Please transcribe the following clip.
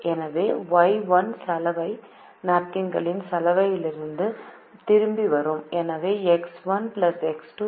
எனவே ஒய் 1 சலவை நாப்கின்கள் சலவையிலிருந்து திரும்பி வரும்